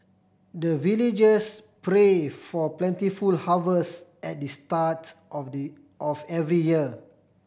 the villagers pray for plentiful harvest at the start of the of every year